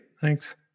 thanks